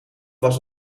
was